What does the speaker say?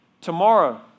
Tomorrow